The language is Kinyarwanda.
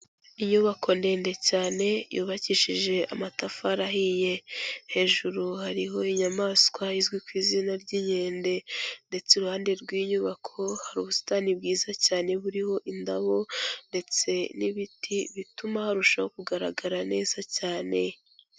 Inyubako ndende cyane yubakishije amatafari ahiye, hejuru hariho inyamaswa izwi ku izina ry'inkende ndetse iruhande rw'inyubako hari ubusitani bwiza cyane buriho indabo ndetse n'ibiti bituma harushaho kugaragara neza cyane.